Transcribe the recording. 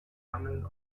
handeln